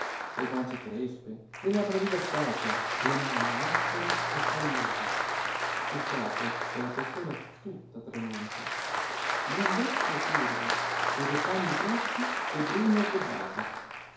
le guance crespe le labbra riversate le mani aspere e callose il capo e la persona tutta tremante lo andar suo curvo e de panni grossi e bruni addobbata